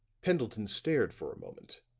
pendleton stared for a moment